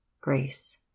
Grace